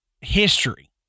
history